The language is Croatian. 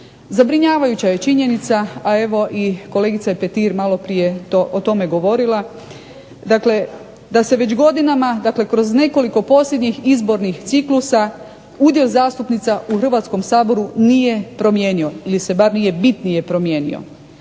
zabrinjavajuća je činjenica, a evo i kolegica Petir je maloprije o tome govorila, dakle da se već godinama dakle kroz nekoliko posljednjih izbornih ciklusa udio zastupnica u Hrvatskom saboru nije promijenio ili se bar nije bitnije promijenio.